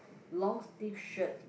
long sleeve shirt